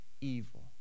evil